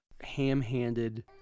ham-handed